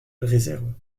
réserves